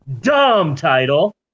Dumb-title